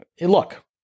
look